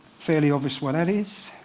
fairly obvious what that is.